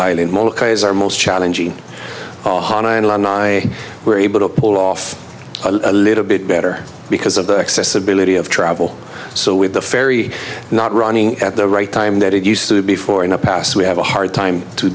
island as are most challenging were able to pull off a little bit better because of the accessibility of travel so with the ferry not running at the right time that it used to be for in the past we have a hard time to